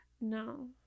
No